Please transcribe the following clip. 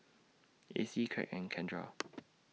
Acie Kraig and Kendra